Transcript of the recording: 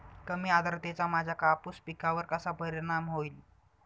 कमी आर्द्रतेचा माझ्या कापूस पिकावर कसा परिणाम होईल?